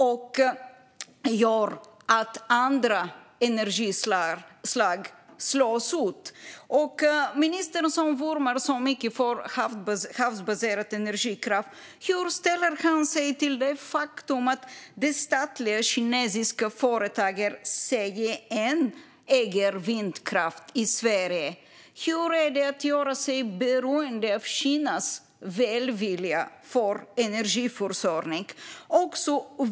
Det gör att andra energislag slås ut. Hur ställer sig ministern, som vurmar så mycket för havsbaserad energikraft, till det faktum att det statliga kinesiska företaget CGN äger vindkraft i Sverige? Hur känns det att göra sig beroende av Kinas välvilja för energiförsörjning?